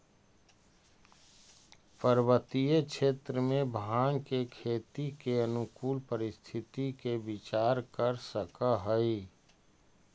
पर्वतीय क्षेत्र में भाँग के खेती के अनुकूल परिस्थिति के विचार कर सकऽ हई